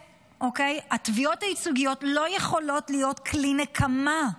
התביעות הייצוגיות לא יכולות להיות כלי נקמה.